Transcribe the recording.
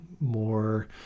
more